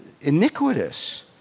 iniquitous